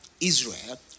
Israel